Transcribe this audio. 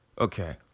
Okay